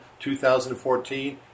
2014